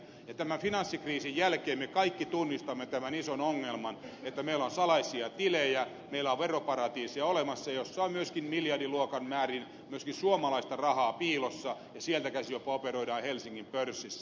tämän finanssikriisin jälkeen me kaikki tunnistamme tämän ison ongelman että meillä on salaisia tilejä meillä on olemassa veroparatiiseja joissa on myöskin miljardiluokan määrin myöskin suomalaista rahaa piilossa ja joista käsin jopa operoidaan helsingin pörssissä